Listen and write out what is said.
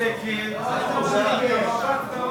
בכל מקרה כן.